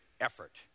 effort